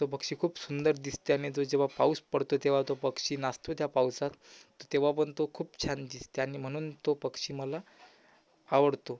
तो पक्षी खूप सुंदर दिसते आणि तो जेव्हा पाऊस पडतो तेव्हा तो पक्षी नसतो त्या पावसात तर तेव्हा पण तो खूप छान दिसते आणि म्हणून तो पक्षी मला आवडतो